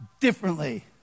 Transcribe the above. differently